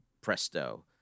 presto